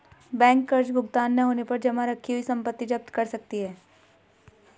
bank कर्ज भुगतान न होने पर जमा रखी हुई संपत्ति जप्त कर सकती है